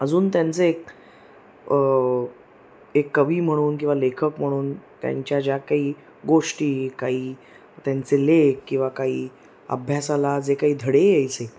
अजून त्यांचं एक कवी म्हणून किंवा लेखक म्हणून त्यांच्या ज्या काही गोष्टी काही त्यांचे लेख किंवा काही अभ्यासाला जे काही धडे यायचे